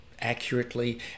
accurately